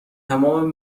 تمام